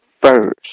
first